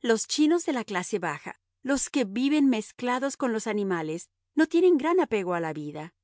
los chinos de la clase baja los que viven mezclados con los animales no tienen gran apego a la vida